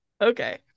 Okay